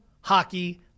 Hockey